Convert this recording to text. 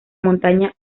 montaña